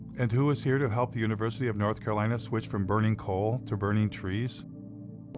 and who was here to help the university of north carolina switch from burning coal to burning trees?